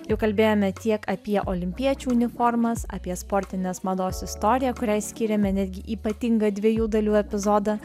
jau kalbėjome tiek apie olimpiečių uniformas apie sportinės mados istoriją kuriai skyrėme netgi ypatingą dviejų dalių epizodą